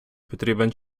потрібен